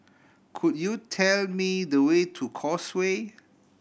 could you tell me the way to Causeway